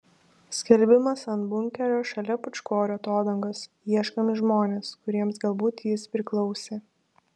skelbimas ant bunkerio šalia pūčkorių atodangos ieškomi žmonės kuriems galbūt jis priklausė